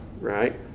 right